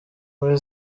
muri